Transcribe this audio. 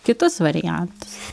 kitus variantus